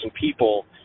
people